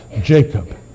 Jacob